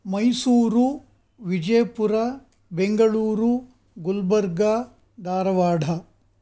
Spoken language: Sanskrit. मैसूरु विजयपुर बेङ्गलूरु गुल्बर्गा दारवढा